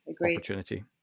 opportunity